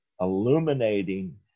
illuminating